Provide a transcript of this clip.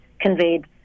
conveyed